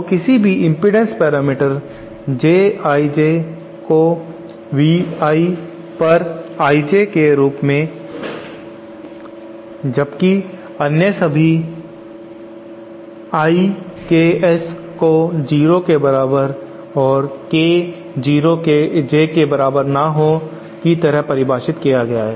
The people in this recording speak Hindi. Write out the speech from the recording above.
तो किसी भी impedance parameter J I J को V I पर I J के रूप में जबकि अन्य सभी I Ks को 0 के बराबर और K J के बराबर ना हो की तरह परिभाषित किया गया है